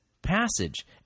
passage